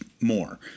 more